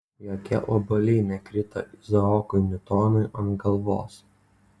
jokie obuoliai nekrito izaokui niutonui ant galvos